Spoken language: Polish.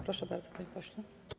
Proszę bardzo, panie pośle.